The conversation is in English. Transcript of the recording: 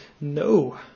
no